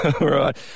Right